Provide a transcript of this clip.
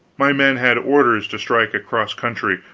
my men had orders to strike across country,